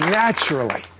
naturally